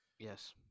Yes